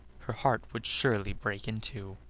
her heart would surely break in two.